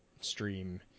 stream